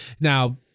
Now